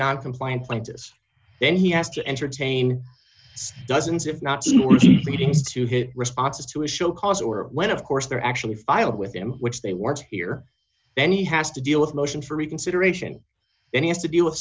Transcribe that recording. not compliant lenses then he has to entertain dozens if not meetings to hit responses to his show cause or when of course they're actually filed with him which they weren't here then he has to deal with motion for reconsideration and he has to deal with